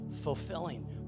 fulfilling